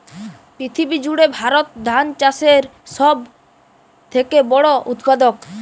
পৃথিবী জুড়ে ভারত ধান চাষের সব থেকে বড় উৎপাদক